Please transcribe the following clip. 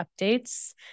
updates